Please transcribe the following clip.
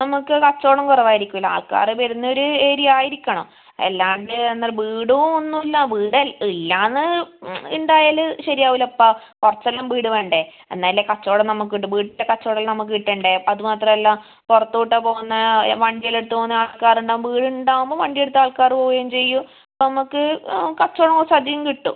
നമുക്ക് കച്ചവടം കുറവ് ആയിരിക്കുമല്ലോ ആൾക്കാർ വരുന്ന ഒരു ഏരിയ ആയിരിക്കണം അല്ലാതെ എന്താണ് വീടും ഒന്നും ഇല്ല വീട് ഇല്ല എന്ന് ആ ഉണ്ടായാൽ ശരി ആവൂലപ്പാ കുറച്ച് എല്ലാം വീട് വേണ്ടേ എന്നാലല്ലേ കച്ചവടം നമുക്ക് കിട്ടൂ വീടിൻ്റെ കച്ചവടം നമുക്ക് കിട്ടണ്ടേ അപ്പം അത് മാത്രമല്ല പൊറത്തൂട്ട പോവുന്ന വണ്ടിയെല്ലാം എടുത്ത് പോവുന്ന ആൾക്കാർ ഉണ്ടാവും വീട് ഉണ്ടാവുമ്പോൾ വണ്ടി എടുത്ത് ആൾക്കാർ പോവുകയും ചെയ്യും നമ്മൾ ക്ക് ആ കച്ചവടം കുറച്ച് അധികം കിട്ടും